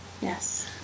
Yes